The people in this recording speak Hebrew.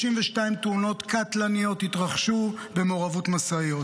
התרחשו 32 תאונות קטלניות במעורבות משאיות.